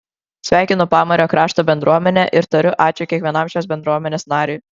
sveikinu pamario krašto bendruomenę ir tariu ačiū kiekvienam šios bendruomenės nariui